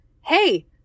Hey